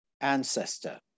ancestor